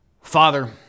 Father